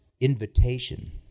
invitation